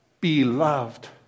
beloved